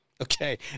Okay